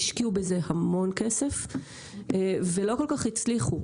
השקיעו בזה המון כסף ולא כל כך הצליחו,